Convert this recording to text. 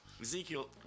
Ezekiel